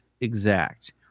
exact